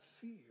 fear